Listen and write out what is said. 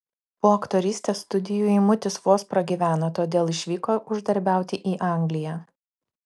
po aktorystės studijų eimutis vos pragyveno todėl išvyko uždarbiauti į angliją